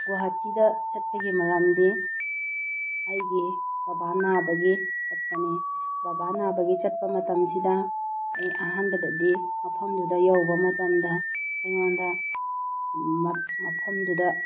ꯒꯨꯍꯥꯇꯤꯗ ꯆꯠꯄꯒꯤ ꯃꯔꯝꯗꯤ ꯑꯩꯒꯤ ꯕꯕꯥ ꯅꯥꯕꯒꯤ ꯆꯠꯄꯅꯤ ꯕꯕꯥ ꯅꯥꯕꯒꯤ ꯆꯠꯄ ꯃꯇꯝꯁꯤꯗ ꯑꯩ ꯑꯍꯥꯟꯕꯗꯗꯤ ꯃꯐꯝꯗꯨꯗ ꯌꯧꯕ ꯃꯇꯝꯗ ꯑꯩꯉꯣꯟꯗ ꯃꯐꯝꯗꯨꯗ